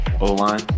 O-line